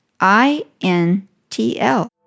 I-N-T-L